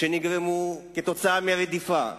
שנגרמו כתוצאה מרדיפה,